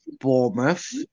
Bournemouth